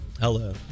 Hello